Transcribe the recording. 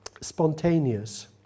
spontaneous